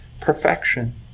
perfection